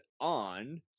on